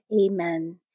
Amen